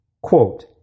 Quote